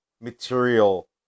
material